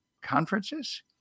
conferences